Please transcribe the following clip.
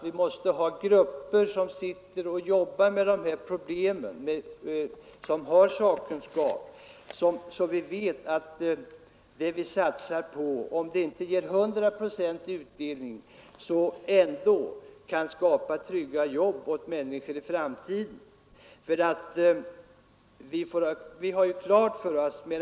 Vi måste ha grupper med sakkunskap som jobbar med dessa problem, så att även om det vi satsar på inte ger hundraprocentig utdelning det ändå kan skapa trygga jobb åt människor i framtiden.